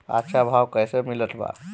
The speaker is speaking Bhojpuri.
अच्छा भाव कैसे मिलत बा?